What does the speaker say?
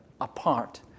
apart